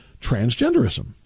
transgenderism